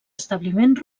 establiment